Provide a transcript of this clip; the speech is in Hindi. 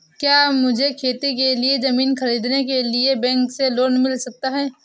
क्या मुझे खेती के लिए ज़मीन खरीदने के लिए बैंक से लोन मिल सकता है?